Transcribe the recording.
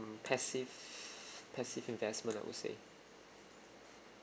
mm passive passive investment I would say